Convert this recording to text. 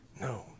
No